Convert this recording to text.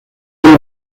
has